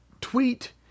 tweet